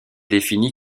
défini